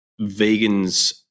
vegans